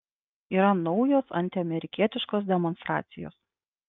yra naujos antiamerikietiškos demonstracijos